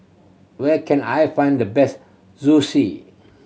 where can I find the best